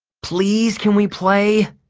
please can we play?